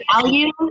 value